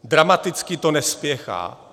Dramaticky to nespěchá.